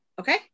Okay